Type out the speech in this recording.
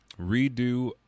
Redo